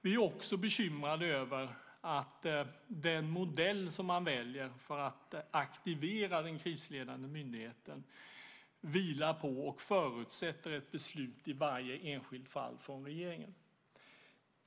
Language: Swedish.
Vi är också bekymrade över att den modell som man väljer för att aktivera den krisledande myndigheten vilar på och förutsätter ett beslut i varje enskilt fall från regeringen.